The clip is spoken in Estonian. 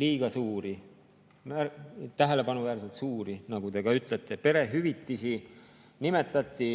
liiga suuri, tähelepanuväärselt suuri, nagu te ütlete, nimetati